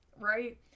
right